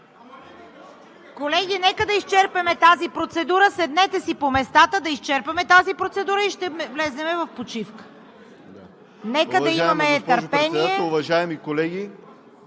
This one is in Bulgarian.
Колеги, нека да изчерпим тази процедура. Седнете си по местата да изчерпим тази процедура и ще излезем в почивка. Нека да имаме търпение.